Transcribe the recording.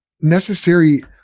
necessary